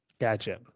Gotcha